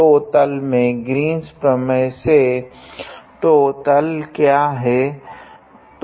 तो तल में ग्रीन्स प्रमेय से तो तल क्या है